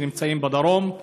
שנמצאים בדרום,